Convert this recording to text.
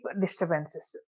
disturbances